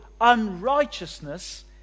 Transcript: unrighteousness